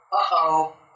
uh-oh